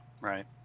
Right